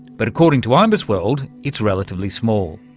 but according to ibisworld it's relatively small.